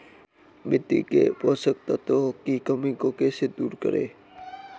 मिट्टी के पोषक तत्वों की कमी को कैसे दूर करें?